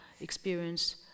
experience